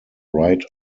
right